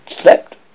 slept